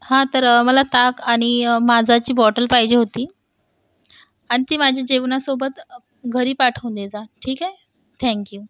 हा तर मला ताक आणि माझाची बॉटल पाहिजे होती आणि ती माझ्या जेवणासोबत घरी पाठवून देजा ठीक आहे थँक यू